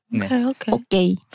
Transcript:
Okay